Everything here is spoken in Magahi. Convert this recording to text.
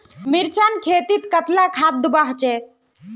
मिर्चान खेतीत कतला खाद दूबा होचे?